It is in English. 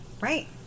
right